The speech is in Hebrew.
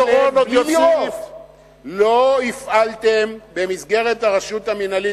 לא הפעלתם במסגרת הרשות המינהלית,